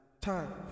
Time